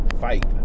fight